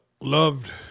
loved